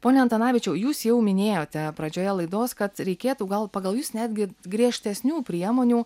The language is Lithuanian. pone antanavičiau jūs jau minėjote pradžioje laidos kad reikėtų gal pagal jus netgi griežtesnių priemonių